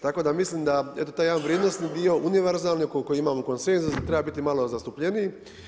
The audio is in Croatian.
Tako da mislim da eto taj jedan vrijednosni dio, univerzalni oko kojega imamo konsenzus da treba biti malo zastupljeniji.